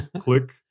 click